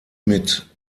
mit